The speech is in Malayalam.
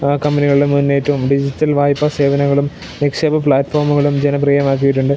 കമ്പനികളിൽ മുന്നേറ്റവും ഡിജിറ്റൽ വായ്പ്പ സേവനങ്ങളും നിക്ഷേപ പ്ലാറ്റ്ഫോമുകളും ജനപ്രിയമാക്കിയിട്ടുണ്ട്